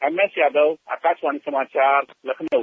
MS Yadav Akashvani समाचार लखनऊ